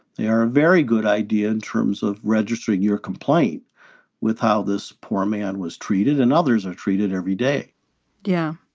they are a very good idea in terms of registering your complaint with how this poor man was treated and others are treated every day yeah,